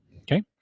Okay